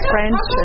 French